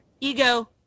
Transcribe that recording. ego